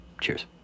Cheers